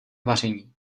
vaření